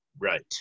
Right